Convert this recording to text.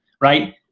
right